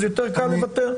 אז יותר קל לוותר.